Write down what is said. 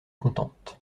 contente